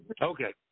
Okay